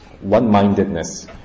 One-mindedness